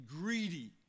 greedy